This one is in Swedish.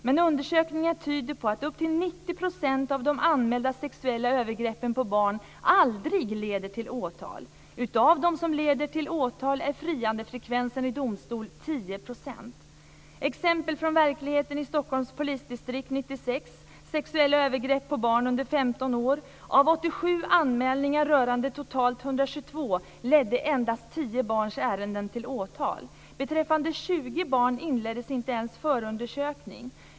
Men undersökningar tyder på att upp till 90 % av anmälda sexuella övergrepp mot barn aldrig leder till åtal. Av de anmälningar som leder till åtal är friandefrekvensen i domstol 10 %. Exempel från verkligheten i Av 87 anmälningar rörande totalt 122 ledde endast tio barns anmälningar till åtal. Beträffande 20 barn inleddes inte ens förundersökning.